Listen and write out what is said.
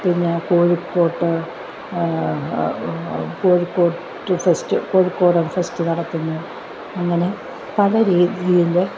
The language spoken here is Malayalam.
പിന്നെ കോഴിക്കോട്ട് കോഴിക്കോട്ട് ഫെസ്റ്റ് കോഴിക്കോടൻ ഫെസ്റ്റ് നടത്ത്ന്നു അങ്ങനെ പല രീതിയിൽ